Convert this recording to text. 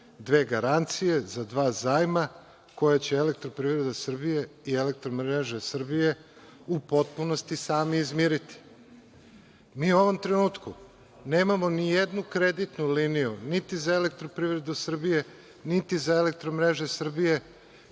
dve garancije za dva zajma koja će „Elektroprivreda Srbije“ i „Elektromreža Srbije“ u potpunosti sami izmiriti. Mi u ovom trenutku nemamo nijednu kreditnu liniju, niti za „Elektroprivredu Srbije“ niti za „Elektromreže Srbije“